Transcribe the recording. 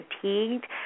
fatigued